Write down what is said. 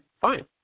fine